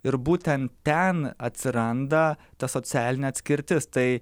ir būtent ten atsiranda ta socialinė atskirtis tai